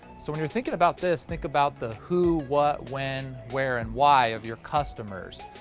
so when you're thinking about this, think about the who, what, when, where and why of your customers.